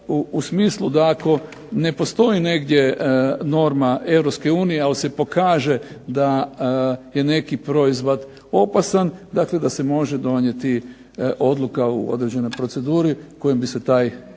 u smislu da ako ne postoji negdje norma Europske unije, ali se pokaže da je neki proizvod opasan, dakle da se može donijeti odluka u određenoj proceduri, kojom bi se taj proizvod